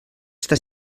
està